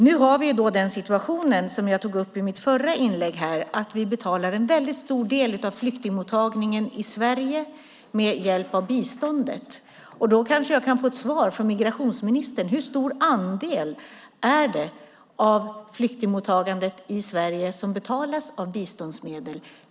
Nu har vi den situationen, som jag tog upp i mitt förra inlägg, att vi betalar en väldigt stor del av flyktingmottagningen i Sverige med hjälp av biståndet. Då kanske jag kan få ett svar från migrationsministern på hur stor andel det är av flyktingmottagandet i Sverige som betalas av biståndsmedel.